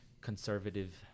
conservative